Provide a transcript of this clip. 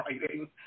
writing